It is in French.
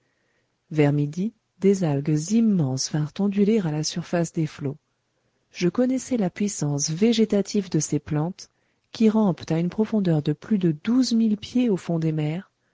vers midi des algues immenses vinrent onduler à la surface des flots je connaissais la puissance végétative de ces plantes qui rampent à une profondeur de plus de douze mille pieds au fond des mers